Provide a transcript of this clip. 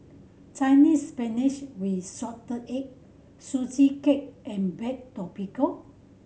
Chinese Spinach with assorted egg Sugee Cake and baked tapioca